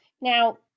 Now